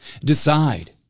decide